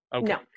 No